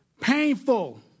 painful